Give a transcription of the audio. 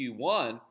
Q1